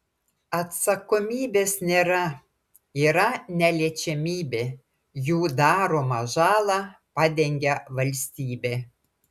atsakomybės nėra yra neliečiamybė jų daromą žalą padengia valstybė